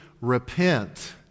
Repent